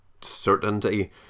certainty